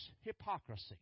hypocrisy